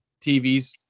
TVs